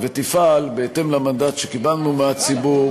ותפעל בהתאם למנדט שקיבלנו מהציבור,